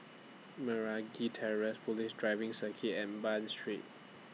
Meragi Terrace Police Driving Circuit and Bain Street